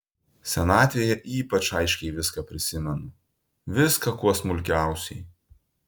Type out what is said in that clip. senatvėje ypač aiškiai viską prisimenu viską kuo smulkiausiai